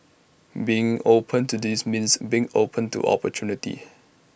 being open to this means being open to opportunity